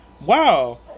Wow